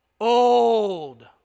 Old